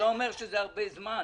זה לא אומר שזה הרבה זמן,